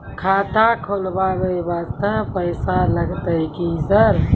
खाता खोलबाय वास्ते पैसो लगते की सर?